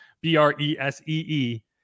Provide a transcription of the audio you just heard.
B-R-E-S-E-E